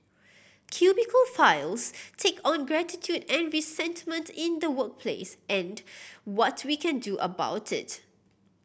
Cubicle Files take on gratitude and resentment in the workplace and what we can do about it